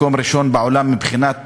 מקום ראשון בעולם מבחינת